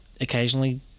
occasionally